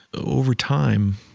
over time,